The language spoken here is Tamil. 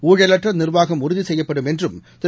ஊழலற்றநிர்வாகம் உறுதிசெய்யப்படும் என்றும் திரு